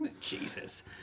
Jesus